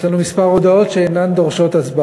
יש לנו הודעות מספר שאינן דורשות הצבעה: